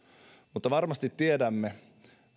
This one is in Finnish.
mutta varmasti tiedämme